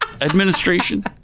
administration